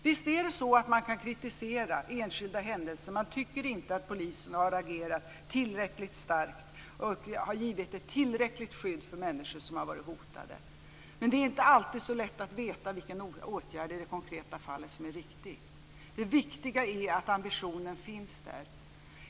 Visst är det så att man kan kritisera enskilda händelser. Man tycker inte att polisen har agerat tillräckligt starkt och givit ett tillräckligt skydd för människor som har varit hotade. Men det är inte alltid så lätt att veta vilken åtgärd i det konkreta fallet som är riktig. Det viktiga är att ambitionen finns där.